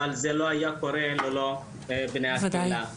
אבל זה לא היה קורה ללא בני הקהילה.